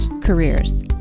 careers